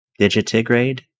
Digitigrade